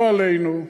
לא עלינו,